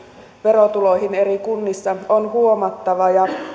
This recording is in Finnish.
verotuloihin eri kunnissa on huomattava